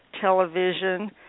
television